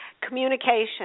Communication